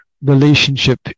relationship